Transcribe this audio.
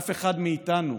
אף אחד מאיתנו,